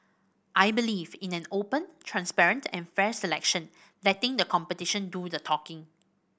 I believe in an open transparent and fair selection letting the competition do the talking